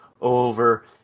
Over